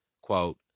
quote